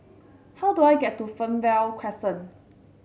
how do I get to Fernvale Crescent